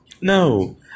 No